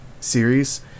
series